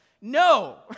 No